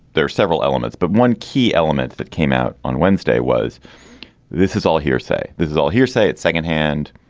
there are several elements but one key element that came out on wednesday was this is all hearsay this is all hearsay it's secondhand.